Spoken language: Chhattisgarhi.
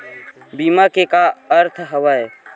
बीमा के का अर्थ हवय?